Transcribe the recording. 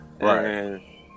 Right